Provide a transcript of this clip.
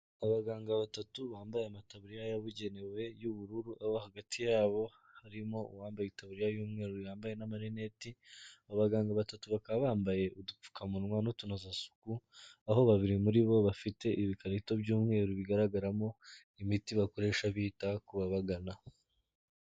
Abaganga batatu bambaye amataburiya yabugenewe y'ubururu, aho hagati yabo harimo uwambayetabiririya y'umweru yambaye n'amarineti, abo baganga batatu bakaba bambaye udupfukamunwa n'utunozasuku, aho babiri muri bo bafite ibikarito by'umweru bigaragaramo imiti bakoresha bita ku babagana.